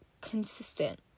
consistent